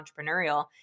entrepreneurial